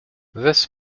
this